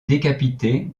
décapité